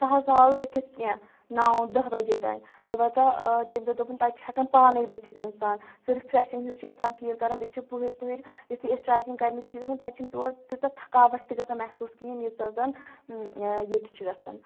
سَہَل سَہَل ؤتھِتھ کینٛہہ نَو دٔہ بَجے تام البتہ تٔمۍ دوٚپ دوٚپُن تَتہِ چھِ ہٮ۪کان پانَے ؤتھِتھ اِنسان سُہ رِفرٛٮ۪شِنٛگ ہیوٗ چھِ اِنسان پھیٖل کَرَن بیٚیہِ چھُ پٕہٕرۍ پٕہٕرۍ یُتھُے أسۍ ٹرٛیکِنٛگ کَرنہِ تہِ چھِ گژھان تَتہِ چھُنہٕ تور تیٖژاہ تھَکاوَٹ تہِ گژھان محسوٗس کِہیٖنۍ ییٖژاہ زَن ییٚتہِ چھِ گژھان